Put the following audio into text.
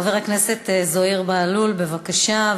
חבר הכנסת זוהיר בהלול, בבקשה.